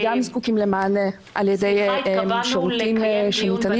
אנשים עם מוגבלויות גם זקוקים למענה על ידי שירותים שניתנים